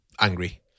angry